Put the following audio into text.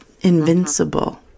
invincible